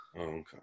okay